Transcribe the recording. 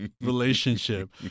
relationship